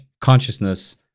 consciousness